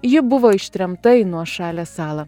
ji buvo ištremta į nuošalią salą